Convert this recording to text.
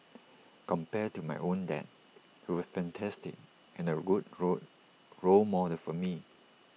compared to my own dad he was fantastic and A good role role model for me